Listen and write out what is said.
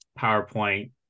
PowerPoint